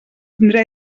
tindrà